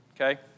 okay